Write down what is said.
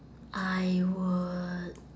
I would